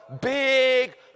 big